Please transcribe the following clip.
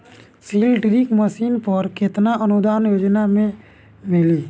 Seed drill machine पर केतना अनुदान योजना में मिली?